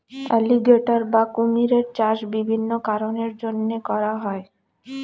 alligator বা কুমিরের চাষ বিভিন্ন কারণের জন্যে করা হয়